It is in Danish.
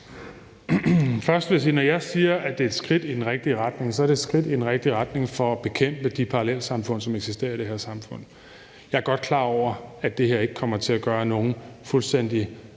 sige, at når jeg siger, at det er et skridt i den rigtige retning, så betyder det, at det er et skridt i den rigtige retning for at bekæmpe de parallelsamfund, som eksisterer i det her samfund. Jeg er godt klar over, at det her ikke kommer til at gøre nogen fuldstændig